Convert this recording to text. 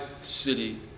city